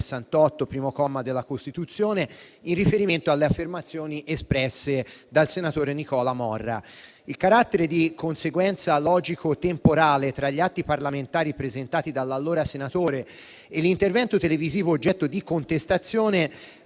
68, primo comma, della Costituzione in riferimento alle affermazioni espresse dal senatore Nicola Morra. Il carattere di conseguenza logico-temporale tra gli atti parlamentari presentati dall'allora senatore e l'intervento televisivo oggetto di contestazione